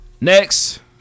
Next